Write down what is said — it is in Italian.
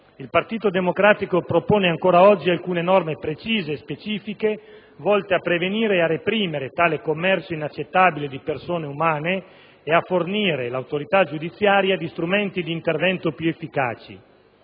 Il Partito Democratico propone ancora oggi alcune norme precise e specifiche, volte a prevenire e a reprimere tale inaccettabile commercio di persone umane e a fornire l'autorità giudiziaria di strumenti d'intervento più efficaci.